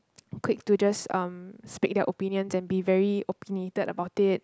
quick to just um speak their opinions and be very opinionated about it